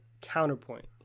counterpoint